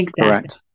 Correct